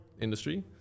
industry